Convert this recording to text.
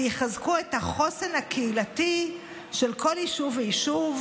ויחזקו את החוסן הקהילתי של כל יישוב ויישוב,